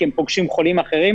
כי הם פוגשים שם חולים אחרים,